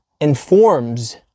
informs